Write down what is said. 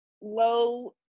low